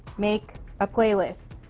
make a play list.